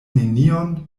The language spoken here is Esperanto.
nenion